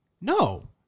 No